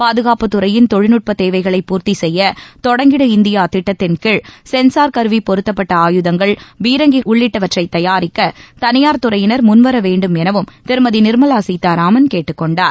பாதுகாப்புத் துறையின் தொழில்நுட்பத் தேவைகளை பூர்த்தி செய்ய தொடங்கிடு இந்தியா திட்டத்தின் கீழ் சென்சார் கருவி பொருத்தப்பட்ட ஆயுதங்கள் பீரங்கிகள் உள்ளிட்டவற்றை தயாரிக்க தளியார் துறையினர் முன்வர வேண்டும் எனவும் திருமதி நிர்மலா சீதாராமன் கேட்டுக் கொண்டார்